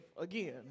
again